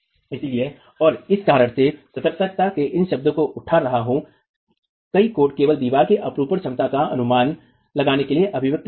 इसलिए और इस कारण मैं सतर्कता के इस शब्द को उठा रहा हूं कई कोड केवल दीवार की अपरूपण क्षमता का अनुमान लगाने के लिए अभिव्यक्ति देते हैं